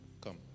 come